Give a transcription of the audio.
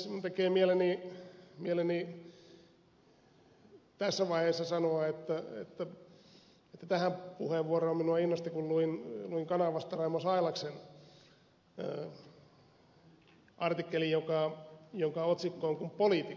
minun tekee mieleni tässä vaiheessa sanoa että tähän puheenvuoroon minua innosti kun luin kanavasta raimo sailaksen artikkelin jonka otsikko on kun poliitikot lintsaavat